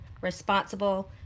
responsible